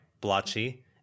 blotchy—